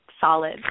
solid